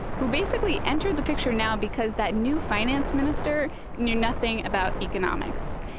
who basically entered the picture now because that new finance minister knew nothing about economics.